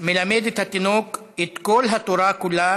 מלמד את התינוק את כל התורה כולה